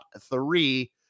three